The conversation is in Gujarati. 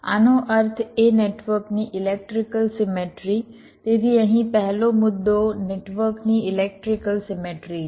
આનો અર્થ એ નેટવર્કની ઇલેક્ટ્રિકલ સીમેટ્રી તેથી અહીં પહેલો મુદ્દો નેટવર્કની ઇલેક્ટ્રિકલ સીમેટ્રી છે